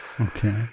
Okay